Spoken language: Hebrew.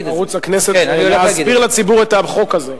ערוץ-הכנסת להסביר לציבור את החוק הזה.